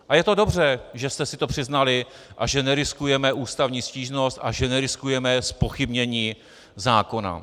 A je to dobře, že jste si to přiznali a že neriskujeme ústavní stížnost a že neriskujeme zpochybnění zákona.